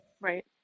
right